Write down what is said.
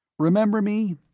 remember me?